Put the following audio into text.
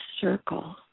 circle